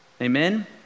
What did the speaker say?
amen